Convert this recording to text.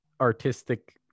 artistic